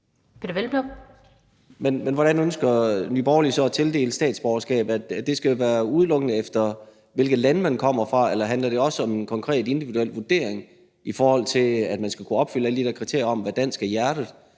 hvordan ønsker Nye Borgerlige så at tildele statsborgerskab? Skal det udelukkende være, efter hvilket land man kommer fra? Eller handler det også om en konkret individuel vurdering af, om man opfylder alle de her kriterier og er dansk af hjertet?